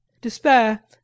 Despair